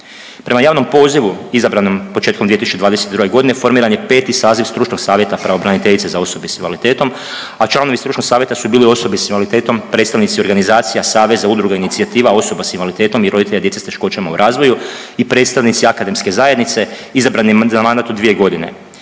Prema javnom pozivu izabranom početkom 2022. godine formiran je 5. saziv stručnog savjeta Pravobraniteljice za osobe s invaliditetom, a članovi stručnog savjeta su bili osobe s invaliditetom, predstavnici organizacija, saveza, udruga, inicijativa osoba s invaliditetom i roditelja djece s teškoćama u razvoju i predstavnici akademske zajednice izabrani za mandat od